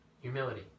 Humility